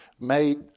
made